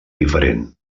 diferent